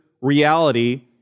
reality